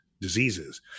diseases